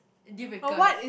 dealbreakers